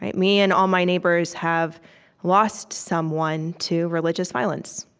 me and all my neighbors have lost someone to religious violence.